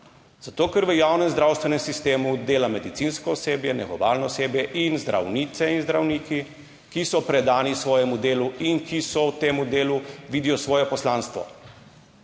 Zato, ker v javnem zdravstvenem sistemu dela medicinsko osebje, negovalno osebje in zdravnice in zdravniki, ki so predani svojemu delu in ki so v tem delu, vidijo svoje poslanstvo